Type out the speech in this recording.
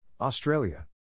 Australia